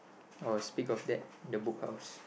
I was speak of that the Book House